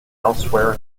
elsewhere